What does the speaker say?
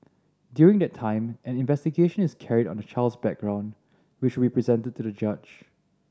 during that time an investigation is carried on the child's background which will be presented to the judge